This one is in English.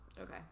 Okay